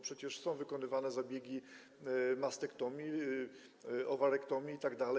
Przecież są wykonywane zabiegi mastektomii, owariektomii itd.